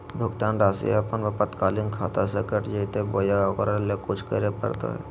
भुक्तान रासि अपने आपातकालीन खाता से कट जैतैय बोया ओकरा ले कुछ करे परो है?